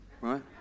right